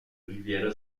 riviera